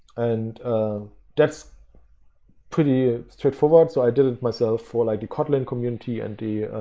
and that's pretty straightforward. so i did it myself for like the kotlin community and the